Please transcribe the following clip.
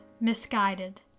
misguided